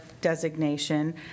designation